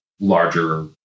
larger